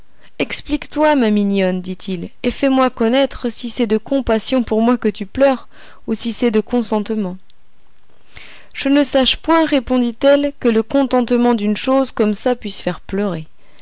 explique-toi ma mignonne dit-il et fais-moi connaître si c'est de compassion pour moi que tu pleures ou si c'est de contentement je ne sache point répondit-elle que le contentement d'une chose comme ça puisse faire pleurer